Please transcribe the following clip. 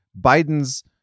Biden's